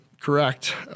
correct